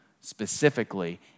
specifically